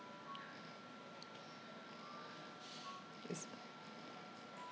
is